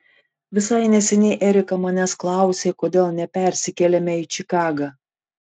visai neseniai erika manęs klausė kodėl nepersikeliame į čikagą